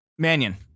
Mannion